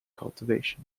cultivation